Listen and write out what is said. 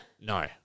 No